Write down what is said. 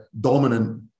Dominant